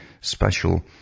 Special